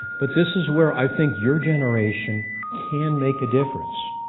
but this is where i think your generation can make a difference,